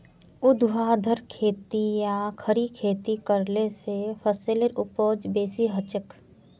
ऊर्ध्वाधर खेती या खड़ी खेती करले स फसलेर उपज बेसी हछेक